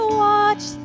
watch